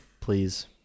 Please